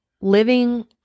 living